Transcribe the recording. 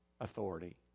authority